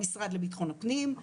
המשרד לביטחון הפנים,